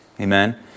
Amen